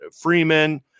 Freeman